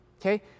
okay